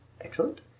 Excellent